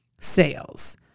sales